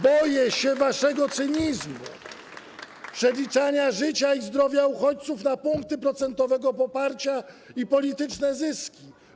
Boję się waszego cynizmu, przeliczania życia i zdrowia uchodźców na punkty procentowego poparcia i polityczne zyski.